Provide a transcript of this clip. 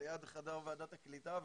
ליד חדר ועדת הקליטה,